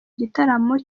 gitaramo